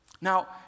Now